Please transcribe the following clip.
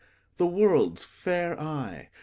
the world's fair eye,